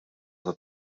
tat